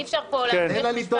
זה לא האישו, תן לה לטעון.